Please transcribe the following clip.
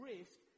Risk